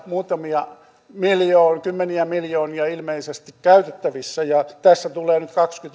muutamia kymmeniä miljoonia ilmeisesti käytettävissä ja tässä tulee nyt